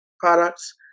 products